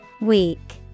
Weak